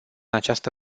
această